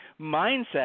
mindset